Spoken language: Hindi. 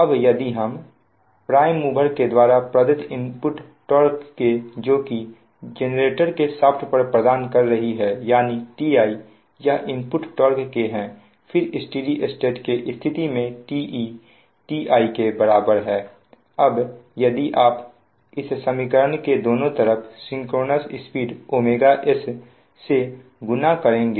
अब यदि प्राइम मूवर के द्वारा प्रदत इनपुट टार्क के जो कि जनरेटर के शाफ़्ट पर प्रदान कर रहा है यानी Ti यह इनपुट टार्क के है फिर स्टेडी स्टेट के स्थिति में Te Ti के बराबर है अब यदि आप इस समीकरण के दोनों तरफ सिंक्रोनस स्पीड s से गुना करेंगे